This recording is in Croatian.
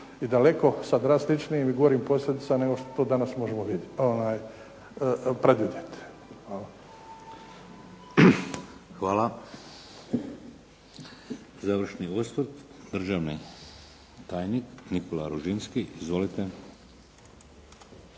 i daleko sa drastičnijim i gorim posljedicama nego što to danas možemo predvidjeti. Hvala. **Šeks, Vladimir (HDZ)** Hvala. Završni osvrt državni tajnik Nikola Ružinski. Izvolite.